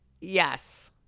Yes